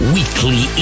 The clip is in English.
Weekly